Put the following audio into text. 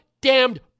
damned